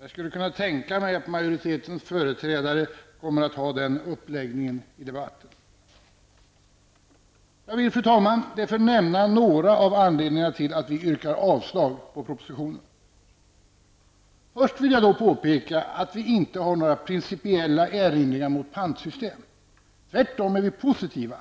Jag skulle kunna tänka mig att majoritetens företrädare kommer att lägga upp argumenteringen så. Jag vill, fru talman, nämna några anledningar till att vi yrkar avslag på propositionen. Först vill jag påpeka att vi inte har några principiella erinringar mot ett pantsystem. Vi är tvärtom positiva